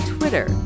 Twitter